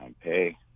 pay